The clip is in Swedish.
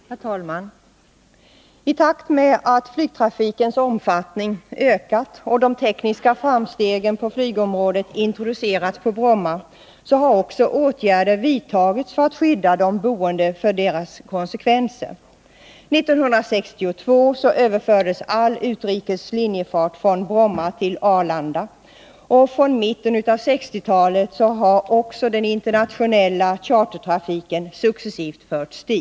Herr talman! I takt med att flygtrafikens omfattning ökat och de tekniska framstegen på flygområdet introducerats på Bromma har också åtgärder vidtagits för att skydda de boende för konsekvenserna av detta. 1962 överfördes all utrikes linjefart från Bromma till Arlanda. Och från mitten av 1960-talet har också den internationella chartertrafiken successivt förts dit.